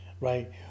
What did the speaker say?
Right